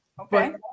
Okay